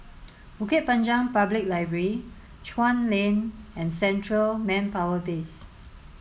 Bukit Panjang Public Library Chuan Lane and Central Manpower Base